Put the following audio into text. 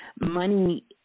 money